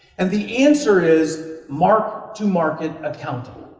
and the answer is mark-to-market accounting.